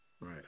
Right